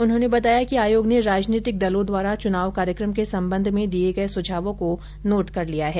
उन्होंने बताया कि आयोग ने राजनीतिक दलों द्वारा चुनाव कार्यक्रम के संबंध में दिये गये सुझावो को नोट कर लिया हैं